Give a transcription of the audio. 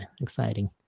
exciting